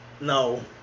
no